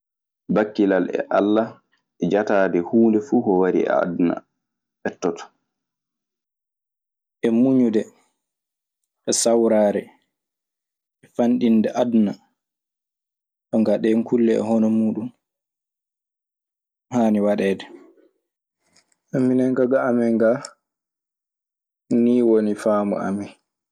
Bakkilal e Alla e jataade huunde fuu. Ko wari e aduna ɓettoto e muñude e sawraade e fanɗinde aduna. Jonkaa ɗee kulle e hono muuɗum haani waɗeedee. Minen ka ga amen gaa nii woni faamu amen.